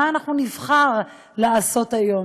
מה אנחנו נבחר לעשות היום?